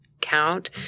count